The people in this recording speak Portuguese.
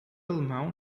alemão